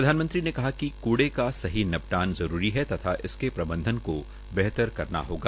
प्रधानमंत्री ने कहा कि कूक्रे का सही निपटान जरूरी है तथा इसके प्रबंधन को बेहतर करना होगा